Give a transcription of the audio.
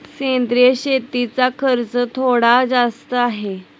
सेंद्रिय शेतीचा खर्च थोडा जास्त आहे